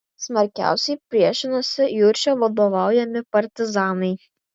smarkiausiai priešinosi juršio vadovaujami partizanai